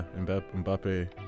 Mbappe